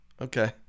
okay